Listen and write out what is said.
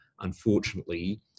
Unfortunately